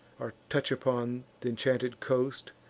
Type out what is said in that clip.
or touch upon th' inchanted coast,